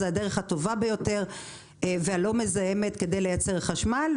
זו הדרך הטובה ביותר והלא מזהמת כדי לייצר חשמל.